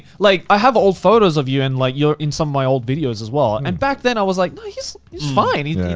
like i have old photos of you, and like you're in some of my old videos as well. and back then, i was like, no, he's fine.